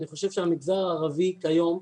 אני חושב שהמגזר הערבי כיום,